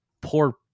poor